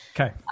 Okay